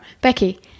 becky